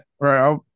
Right